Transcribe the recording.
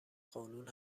قانون